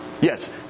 Yes